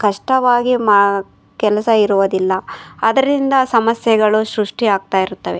ಕಷ್ಟವಾಗಿ ಮಾ ಕೆಲಸ ಇರುವುದಿಲ್ಲ ಅದರಿಂದ ಸಮಸ್ಯೆಗಳು ಸೃಷ್ಟಿಯಾಗ್ತಾ ಇರ್ತವೆ